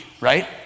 Right